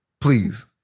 Please